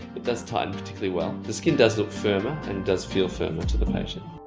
it does tighten particularly well. the skin does look firmer and does feel firmer to the patient.